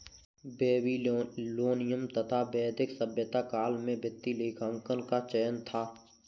Babylonian तथा वैदिक सभ्यता काल में वित्तीय लेखांकन का चलन था